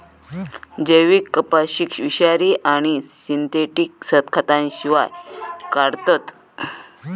जैविक कपाशीक विषारी आणि सिंथेटिक खतांशिवाय काढतत